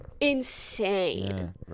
Insane